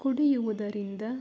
ಕುಡಿಯುವುದರಿಂದ